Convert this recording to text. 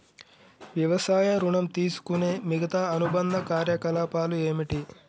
వ్యవసాయ ఋణం తీసుకునే మిగితా అనుబంధ కార్యకలాపాలు ఏమిటి?